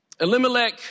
Elimelech